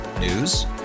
News